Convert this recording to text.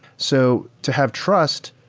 so to have trust,